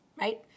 right